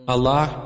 Allah